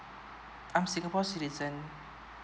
I'm singapore citizen